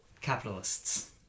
capitalists